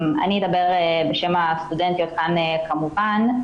אני אדבר בשם הסטודנטיות כאן, כמובן.